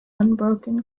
unbroken